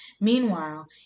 Meanwhile